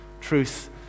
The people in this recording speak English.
truth